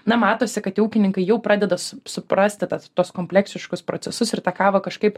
na matosi kad tie ūkininkai jau pradeda su suprasti tas tuos kompleksiškus procesus ir tą kavą kažkaip